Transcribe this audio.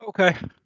Okay